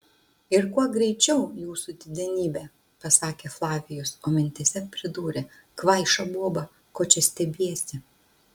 ir kuo greičiau jūsų didenybe pasakė flavijus o mintyse pridūrė kvaiša boba ko čia stebiesi